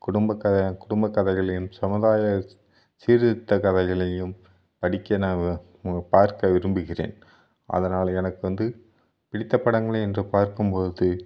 குடும்பக் க குடும்பக்கதைகளையும் சமுதாய சீர்த்திருத்த கதைகளையும் படிக்க பார்க்க விரும்புகிறேன் அதனால் எனக்கு வந்து பிடித்த படங்கள் என்று பார்க்கும்போது